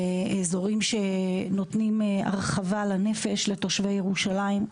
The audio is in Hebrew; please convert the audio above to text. באזורים שנותנים הרחבה לנפש לתושבי ירושלים,